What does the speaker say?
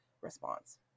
response